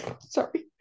Sorry